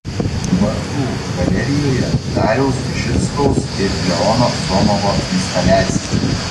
vartų galerijoje dariaus žickaus ir leono somovo instaliacija